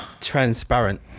transparent